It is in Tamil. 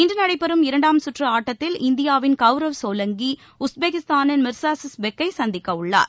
இன்று நடைபெறும் இரண்டாம் சுற்று ஆட்டத்தில் இந்தியாவின் கவுரவ் சோலங்கி உஸ்பெகிஸ்தானின் மிர்சாசிஸ் பெக்கை சந்திக்க உள்ளார்